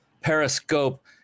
Periscope